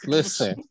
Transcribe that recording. Listen